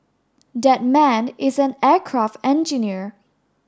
that man is an aircraft engineer